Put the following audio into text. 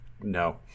No